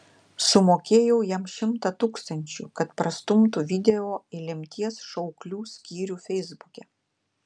sumokėjau jam šimtą tūkstančių kad prastumtų video į lemties šauklių skyrių feisbuke